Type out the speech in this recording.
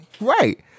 right